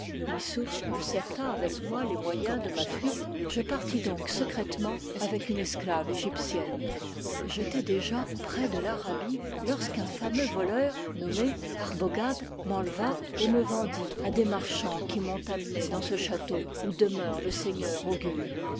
missouf concerta avec moi les moyens de ma fuite je partis donc secrètement avec une esclave égyptienne j'étais déjà près de l'arabie lorsqu'un fameux voleur nommé arbogad m'enleva et me vendit à des marchands qui m'ont amenée dans ce château où demeure le seigneur